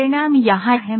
परिणाम यहाँ हैं